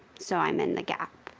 so i'm in the gap.